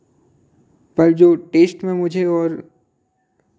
पर जो टेस्ट में मुझे और